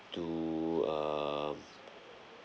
two um